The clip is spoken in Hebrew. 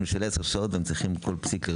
של עשר שעות והם צריכים לכתוב כל פסיק.